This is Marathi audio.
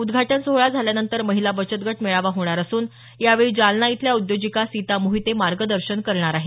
उद्घाटन सोहळा झाल्यानंतर महिला बचत गट मेळावा होणार असून यावेळी जालना इथल्या उद्योजिका सीता मोहिते मार्गदर्शन करणार आहेत